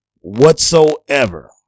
whatsoever